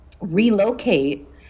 relocate